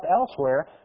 elsewhere